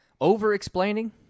over-explaining